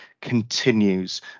continues